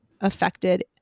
affected